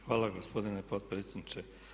Hvala gospodine potpredsjedniče.